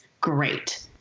Great